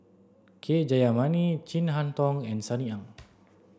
K Jayamani Chin Harn Tong and Sunny Ang